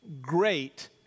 great